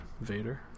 Vader